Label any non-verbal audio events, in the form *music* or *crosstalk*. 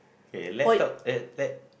*breath* okay let's talk let let